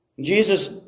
Jesus